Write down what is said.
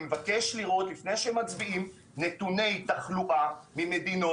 אני מבקש לראות לפני שמצביעים נתוני תחלואה במדינות